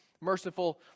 merciful